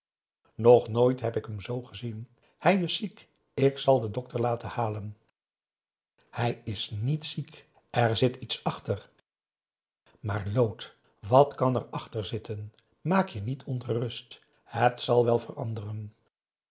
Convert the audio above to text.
nog nooit heb ik hem zoo gezien hij is ziek ik zal den dokter laten halen hij is niet ziek er zit iets achter maar lood wat kan erachter zitten maak je niet ongerust het zal wel veranderen